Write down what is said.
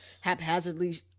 haphazardly